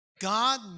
God